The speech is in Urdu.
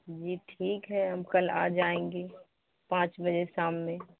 جی ٹھیک ہے ہم کل آ جائیں گے پانچ بجے شام میں